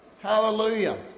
Hallelujah